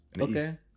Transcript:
Okay